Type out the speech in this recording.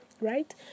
right